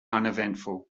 uneventful